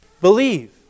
Believe